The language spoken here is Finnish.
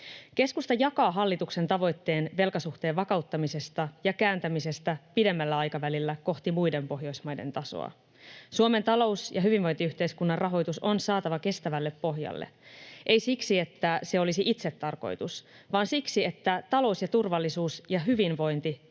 Keskusta jakaa hallituksen tavoitteen velkasuhteen vakauttamisesta ja kääntämisestä pidemmällä aikavälillä kohti muiden Pohjoismaiden tasoa. Suomen talous ja hyvinvointiyhteiskunnan rahoitus on saatava kestävälle pohjalle — ei siksi, että se olisi itsetarkoitus, vaan siksi, että talous ja turvallisuus ja hyvinvointi